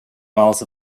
miles